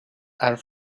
are